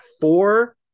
four